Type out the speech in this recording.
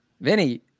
Vinny